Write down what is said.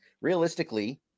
Realistically